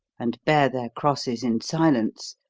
and bear their crosses in silence,